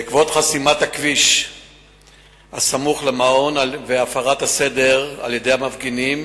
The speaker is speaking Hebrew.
בעקבות חסימת הכביש הסמוך למעון והפרת הסדר על-ידי המפגינים